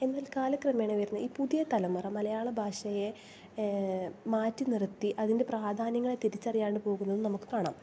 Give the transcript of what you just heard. എന്നാൽ കാലക്രമേണ വരുന്ന പുതിയ തലമുറ മലയാള ഭാഷയെ മാറ്റി നിർത്തി അതിന്റെ പ്രാധാന്യങ്ങളെ തിരിച്ചറിയാണ്ട് പോകുന്നത് നമുക്ക് കാണാം